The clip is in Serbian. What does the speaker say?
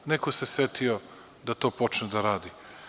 Neko se setio da to počne da radi.